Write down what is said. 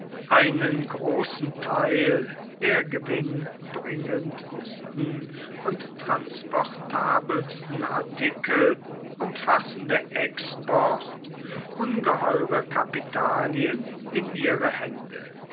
einen großen teil der gewinnbringendsten und transportabelsten artikel umfassende export ungeheure kapitalien in ihre hände